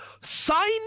sign